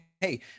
hey